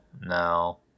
no